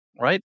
right